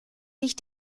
sich